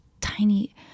tiny